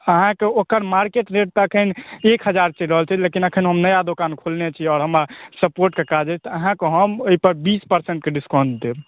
अहाँकेँ तऽओकर market rate तऽ अखन एक हजार चलि रहल छै लेकिन अखन हम नया दोकान खोलने छी आओर हमरा सपोर्टके काज यऽतऽ अहाँके हम ओहि पर बीस परसेंटके डीसकॉउन्ट देब